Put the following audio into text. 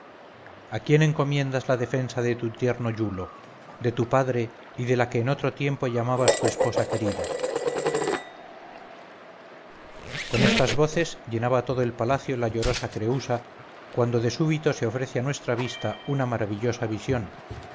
a quién encomiendas la defensa de tu tierno iulo de tu padre y de la que en otro tiempo llamabas tu esposa querida con estas voces llenaba todo el palacio la llorosa creúsa cuando de súbito se ofrece a nuestra vista una maravillosa visión